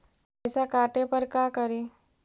पैसा काटे पर का करि?